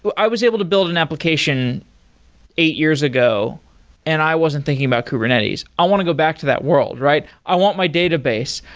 but i was able to build an application eight years ago and i wasn't thinking about kubernetes. i want to go back to that world, right? i want my database.